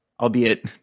albeit